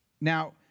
Now